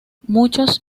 muchos